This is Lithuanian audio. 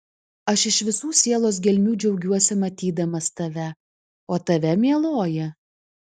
aš iš visų sielos gelmių džiaugiuosi matydamas tave o tave mieloji